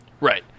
Right